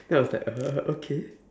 then I was like uh okay